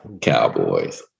Cowboys